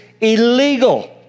illegal